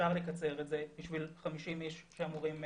אפשר לקצר את השעות עבור 50 אנשים שאמורים להצביע.